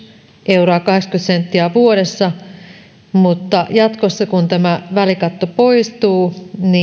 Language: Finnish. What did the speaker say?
euroa kahdeksankymmentä senttiä vuodessa mutta jatkossa kun välikatto poistuu